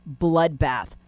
bloodbath